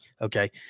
Okay